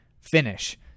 finish